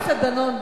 חבר הכנסת דנון.